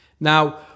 Now